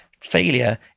Failure